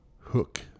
Hook